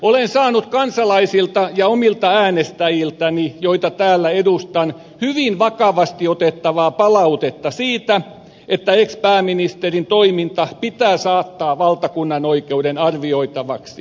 olen saanut kansalaisilta ja omilta äänestäjiltäni joita täällä edustan hyvin vakavasti otettavaa palautetta siitä että ex pääministerin toiminta pitää saattaa valtakunnanoikeuden arvioitavaksi